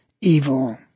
evil